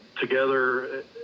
together